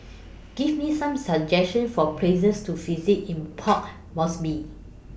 Give Me Some suggestions For Places to visit in Port Moresby